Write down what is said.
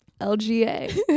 LGA